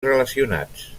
relacionats